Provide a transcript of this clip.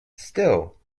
still